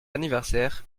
anniversaire